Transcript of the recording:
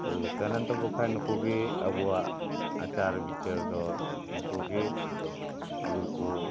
ᱠᱚ ᱛᱟᱦᱮᱸ ᱞᱮᱱ ᱛᱟᱵᱚᱱ ᱠᱷᱟᱱ ᱱᱩᱠᱩ ᱜᱮ ᱟᱵᱚᱣᱟᱜ ᱟᱪᱟᱨ ᱵᱤᱪᱟᱹᱨ ᱫᱚ ᱱᱩᱠᱩ ᱜᱮ ᱟᱵᱚ ᱫᱚᱠᱚ